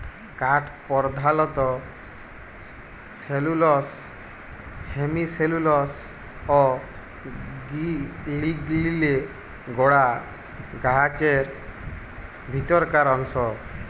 কাঠ পরধালত cellulose, hemicellulose অ লিগলিলে গড়া গাহাচের ভিতরকার অংশ